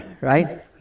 right